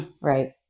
Right